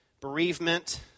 Bereavement